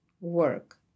work